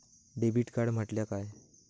Debit card म्हटल्या काय?